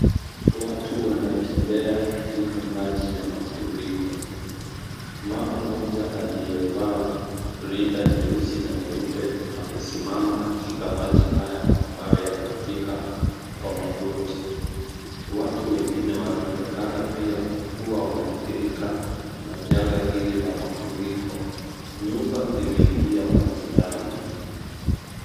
Watu wanatembea katika maji ya mafuriko, mama mmoja aliyevaa rinda nyeusi na nyeupe, amesimama katika maji haya ambayo yamemfika kwa magoti. Watu wengine wanaonekana pia kuwa wameathirika na janga hili la mafuriko. Nyumba zimeingia maji ndani.